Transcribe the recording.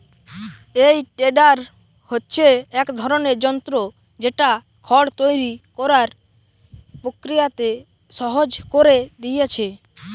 এই টেডার হচ্ছে এক ধরনের যন্ত্র যেটা খড় তৈরি কোরার প্রক্রিয়াকে সহজ কোরে দিয়েছে